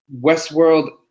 Westworld